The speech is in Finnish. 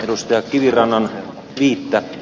esko kivirannan pinta